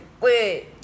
Wait